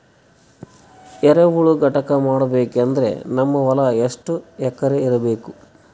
ಎರೆಹುಳ ಘಟಕ ಮಾಡಬೇಕಂದ್ರೆ ನಮ್ಮ ಹೊಲ ಎಷ್ಟು ಎಕರ್ ಇರಬೇಕು?